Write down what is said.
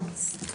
הישיבה ננעלה.